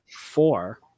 four